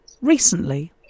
recently